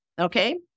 Okay